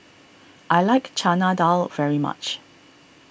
I like Chana Dal very much